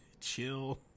chill